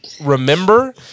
remember